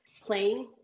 playing